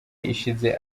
ishize